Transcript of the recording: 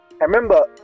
remember